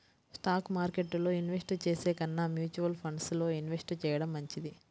stock మార్కెట్టులో invest చేసే కన్నా మ్యూచువల్ ఫండ్స్ లో ఇన్వెస్ట్ చెయ్యడం మంచిది